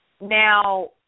Now